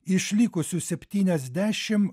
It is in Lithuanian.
iš likusių septyniasdešimt